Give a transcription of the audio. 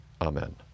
Amen